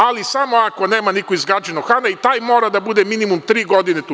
Ali, samo ako nema niko iz Gadžinog Hana i taj mora da bude minimum tri godine tu?